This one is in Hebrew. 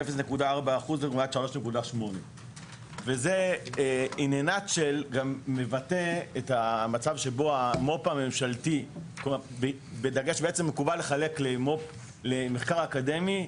0.4 אחוז לעומת 3.8. מקובל לחלק למחקר אקדמי,